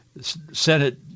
Senate